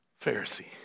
Pharisee